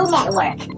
Network